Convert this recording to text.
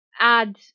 Add